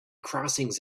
crossings